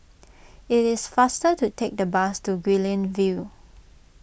it is faster to take the bus to Guilin View